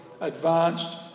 advanced